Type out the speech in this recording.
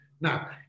Now